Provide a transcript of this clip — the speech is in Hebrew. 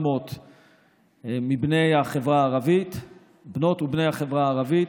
מבנות ובני החברה הערבית,